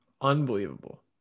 Unbelievable